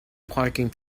parking